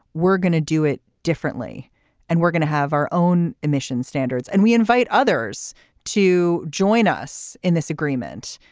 we're going to do it differently and we're going to have our own emission standards. and we invite others to join us in this agreement.